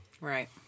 Right